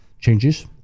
Changes